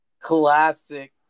classic